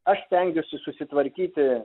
aš stengiuosi susitvarkyti